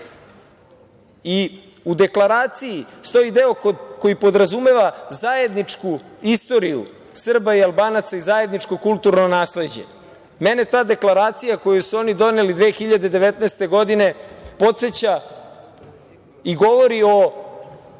i u deklaraciji stoji deo koji podrazumeva zajedničku istoriju Srba i Albanaca i zajedničko kulturno nasleđe. Mene ta deklaracija koju su oni doneli 2019. godine podseća i govori o